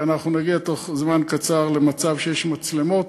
אנחנו נגיע בתוך זמן קצר למצב שיש מצלמות,